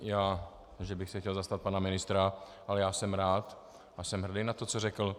Já ne že bych se chtěl zastat pana ministra, ale jsem rád a jsem hrdý na to, co řekl.